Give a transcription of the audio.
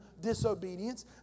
disobedience